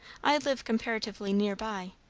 i live comparatively near by.